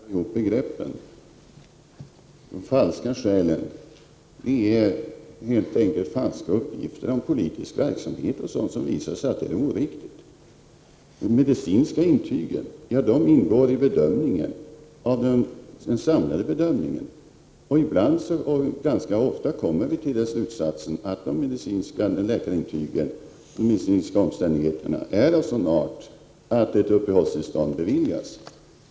Fru talman! Marianne Andersson blandar ihop begreppen. De falska skälen är helt enkelt uppgifter om politisk verksamhet osv. som visar sig vara oriktiga. De medicinska intygen ingår i den samlade bedömningen. Ganska ofta kommer vi till slutsatsen att de medicinska omständigheterna är av sådan art att ett uppehållstillstånd kan beviljas.